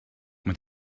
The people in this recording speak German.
mit